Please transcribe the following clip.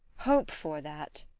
hope for that,